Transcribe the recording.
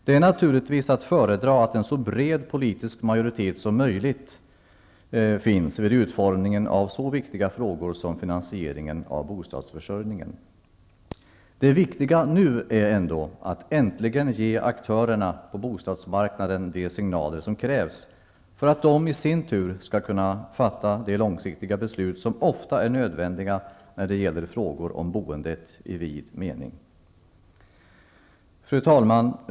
Det är naturligtvis att föredra att man har en så bred politisk majoritet som möjligt vid utformningen av så viktiga frågor som finansieringen av bostadsförsörjningen. Det viktiga nu är ändå att äntligen ge aktörerna på bostadsmarknaden de signaler som krävs för att de i sin tur skall kunna fatta de långsiktiga beslut som ofta är nödvändiga när det gäller frågor om boendet i vid mening. Fru talman!